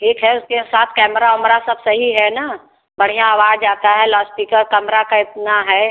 ठीक है उसके साथ कैमरा ओमरा सब सही है ना बढ़िया आवाज़ आता है लाउड इस्पीकर कैमरा का इतना है